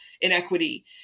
inequity